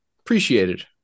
appreciated